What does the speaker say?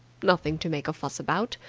nothing to make a fuss about.